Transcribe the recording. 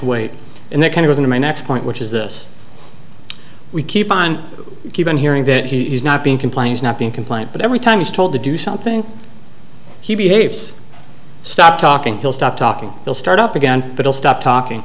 weight and they can reason to my next point which is this we keep on keep on hearing that he's not being complains not being compliant but every time he's told to do something he behaves stop talking he'll stop talking he'll start up again but i'll stop talking